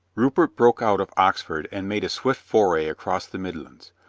rupert broke out of oxford and made a swift foray across the midlands.